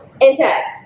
intact